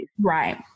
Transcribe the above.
Right